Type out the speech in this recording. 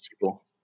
people